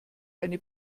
eine